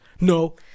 No